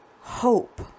hope